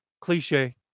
cliche